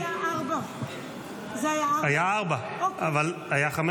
זה היה 4. היה 4. אבל קודם היה 5?